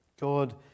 God